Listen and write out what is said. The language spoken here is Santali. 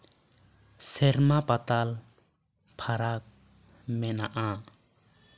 ᱥᱮᱨᱢᱟᱼᱯᱟᱛᱟᱞ ᱯᱷᱟᱨᱟᱠ ᱢᱮᱱᱟᱜᱼᱟ